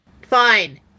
Fine